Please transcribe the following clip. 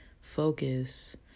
focus